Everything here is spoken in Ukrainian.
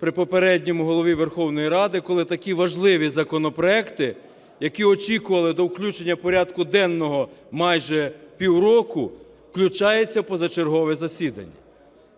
при попередньому Голові Верховної Ради, коли такі важливі законопроекти, які очікували до включення до порядку денного майже пів року, включаються в позачергове засідання.